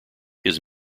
his